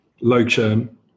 low-churn